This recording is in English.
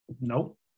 Nope